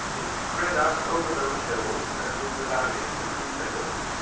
it's spread out over those hills and in the valleys between the hills.